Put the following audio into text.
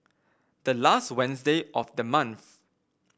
the last Wednesday of the month